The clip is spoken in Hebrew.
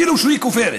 אפילו שהיא כופרת,